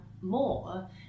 more